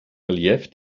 relief